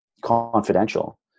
confidential